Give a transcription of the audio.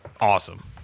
awesome